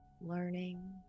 learning